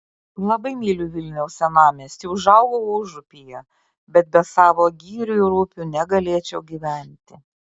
labai myliu vilniaus senamiestį užaugau užupyje bet be savo girių ir upių negalėčiau gyventi